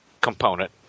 component